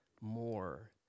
more